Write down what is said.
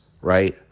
right